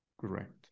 correct